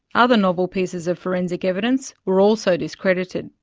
other novel pieces of forensic evidence were also discredited.